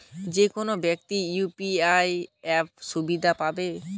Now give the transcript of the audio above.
যেকোনো ব্যাক্তি কি ইউ.পি.আই অ্যাপ সুবিধা পেতে পারে?